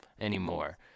anymore